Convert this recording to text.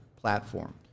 platform